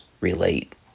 relate